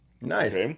Nice